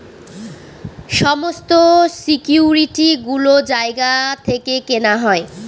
সমস্ত সিকিউরিটি গুলো জায়গা থেকে কেনা হয়